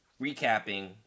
recapping